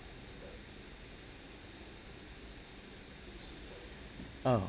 oh